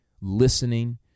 listening